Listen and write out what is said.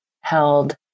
held